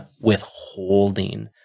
withholding